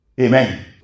Amen